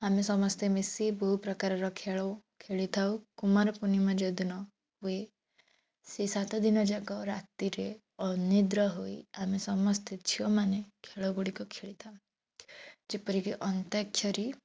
ଆମେ ସମସ୍ତେ ମିଶି ବହୁ ପ୍ରକାରର ଖେଳ ଖେଳି ଥାଉ କୁମାର ପୂର୍ଣ୍ଣିମା ଯଉଦିନ ହୁଏ ସେଇ ସାତ ଦିନଯାକ ରାତିରେ ଅନିଦ୍ରା ହୋଇ ଆମେ ସମସ୍ତେ ଝିଅମାନେ ଖେଳଗୁଡ଼ିକ ଖେଳିଥାଉ ଯେପରିକି ଅନ୍ତାକ୍ଷରୀ